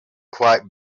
quite